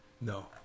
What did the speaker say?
No